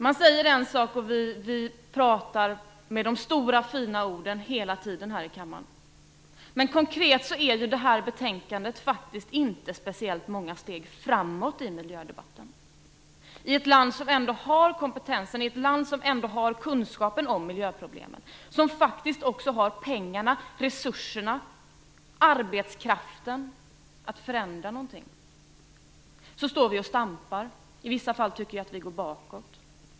Man säger en sak, och vi talar hela tiden här i kammaren med de stora fina orden. Men konkret innebär detta betänkande inte speciellt många steg framåt i miljödebatten. I ett land som ändå har kompetensen och kunskapen om miljöproblemen och som faktiskt också har pengarna, resurserna och arbetskraften att förändra någonting står vi och stampar, och i vissa fall tycker jag att vi går bakåt.